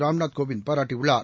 ராம்நாத் கோவிந்த் பாராட்டியுள்ளார்